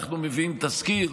אנחנו מביאים תזכיר.